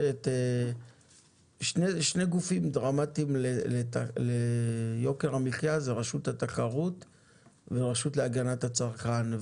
שני גופים דרמטיים ליוקר המחייה זה רשות התחרות ורשות להגנת הצרכן,